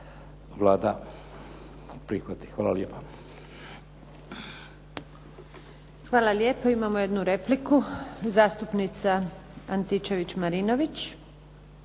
Hvala lijepo. Imamo jednu repliku. Zastupnica Ingrid Anitčević-Marinović.